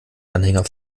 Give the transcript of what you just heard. anhänger